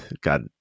God